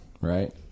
right